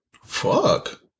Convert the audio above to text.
Fuck